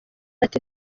ati